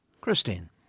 Christine